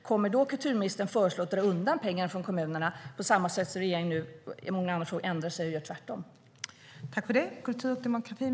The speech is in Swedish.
Kommer kulturministern då att föreslå att man ska dra undan pengarna från kommunerna på samma sätt som regeringen nu ändrar sig och gör tvärtom i många andra frågor?